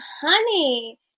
honey